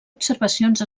observacions